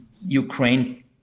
Ukraine